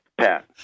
Pat